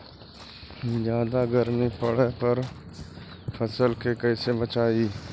जादा गर्मी पड़े पर फसल के कैसे बचाई?